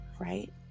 right